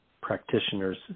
practitioners